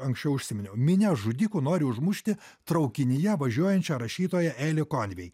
anksčiau užsiminiau minia žudikų nori užmušti traukinyje važiuojančią rašytoją eli konvei